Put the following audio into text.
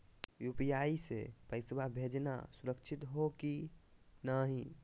UPI स पैसवा भेजना सुरक्षित हो की नाहीं?